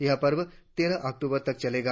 यह पर्व तेरह अक्टूबर तक चलेगा